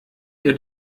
ihr